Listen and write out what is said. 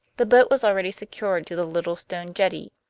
the boat was already secured to the little stone jetty,